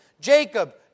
Jacob